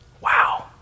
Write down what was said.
Wow